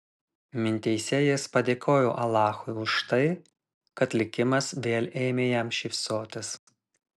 mintyse jis padėkojo alachui už tai kad likimas vėl ėmė jam šypsotis